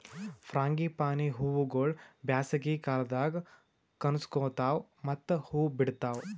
frangipani ಹೂವುಗೊಳ್ ಬ್ಯಾಸಗಿ ಕಾಲದಾಗ್ ಕನುಸ್ಕೋತಾವ್ ಮತ್ತ ಹೂ ಬಿಡ್ತಾವ್